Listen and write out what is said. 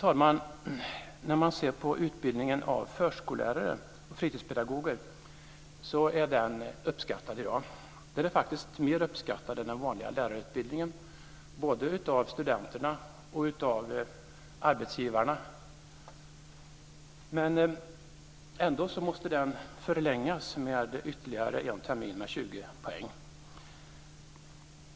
Fru talman! Utbildningen av förskollärare och fritidspedagoger är i dag både av studenterna själva och av arbetsgivarna faktiskt mer uppskattad än den vanliga lärarutbildningen, men ändå måste den förlängas med ytterligare en termin och 20 poäng.